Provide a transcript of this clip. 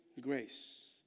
grace